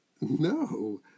No